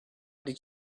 did